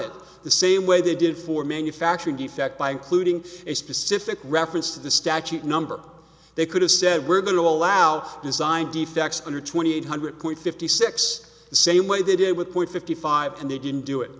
it the same way they did for manufacturing defect by including a specific reference to the statute number they could have said we're going to allow design defects under twenty eight hundred fifty six the same way they did with point fifty five and they didn't do it